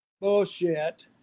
Bullshit